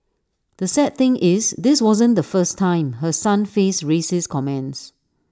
the sad thing is this wasn't the first time her son faced racist comments